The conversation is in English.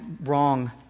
wrong